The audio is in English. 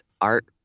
art